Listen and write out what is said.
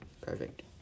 Perfect